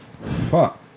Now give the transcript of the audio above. Fuck